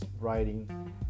writing